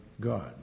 God